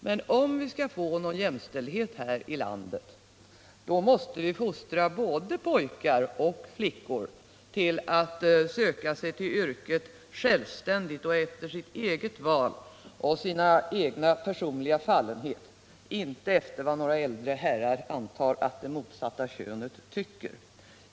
Men om vi skall få någon jämställdhet här i landet måste vi fostra både pojkar och flickor till att söka sig till yrket självständigt, efter sitt eget val och med hänsyn till sin egen personliga fallenhet, inte efter vad några äldre herrar antar att det motsatta könet tycker.